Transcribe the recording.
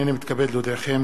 הנני מתכבד להודיעכם,